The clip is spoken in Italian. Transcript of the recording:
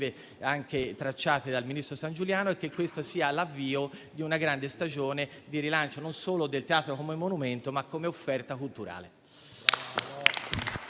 anche dal ministro Sangiuliano e che questo sia l'avvio di una grande stagione di rilancio non solo del Teatro come monumento, ma come offerta culturale.